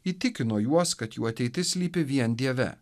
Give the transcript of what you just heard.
įtikino juos kad jų ateitis slypi vien dieve